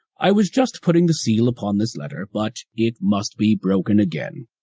i was just putting the seal upon this letter, but it must be broken again,